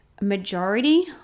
majority